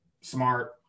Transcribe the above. smart